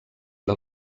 del